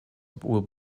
will